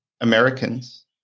Americans